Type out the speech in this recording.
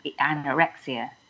anorexia